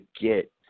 get